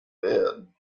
bed